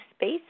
space